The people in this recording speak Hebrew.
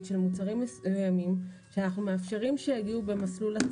של מוצרים מסוימים שאנחנו מאפשרים שיגיעו במסלול...